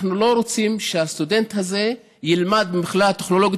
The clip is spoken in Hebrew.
אנחנו לא רוצים שהסטודנט הזה ילמד במכללה הטכנולוגית